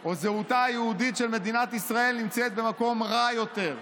או שזהותה היהודית של מדינת ישראל נמצאת במקום רע יותר?